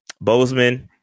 Bozeman